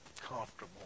comfortable